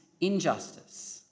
injustice